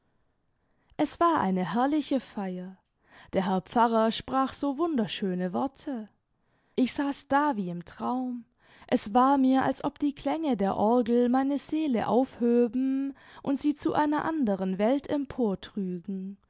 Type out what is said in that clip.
es war eine herrliche feier der herr pfarrer sprach so wunderschöne worte ich saß da wie im traum es war mir als ob die klänge der orgel meine seele aufhöben und sie zu einer anderen welt